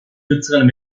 kürzeren